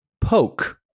poke